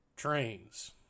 trains